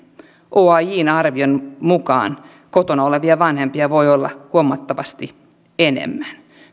oajn arvion mukaan kotona olevia vanhempia voi olla huomattavasti enemmän